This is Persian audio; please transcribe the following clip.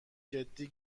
جدی